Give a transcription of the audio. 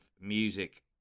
music